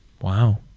Wow